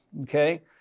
Okay